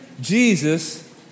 Jesus